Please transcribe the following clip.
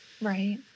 right